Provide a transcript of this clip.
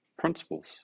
Principles